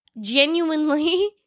genuinely